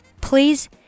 Please